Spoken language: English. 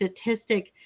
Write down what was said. statistic